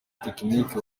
tekiniki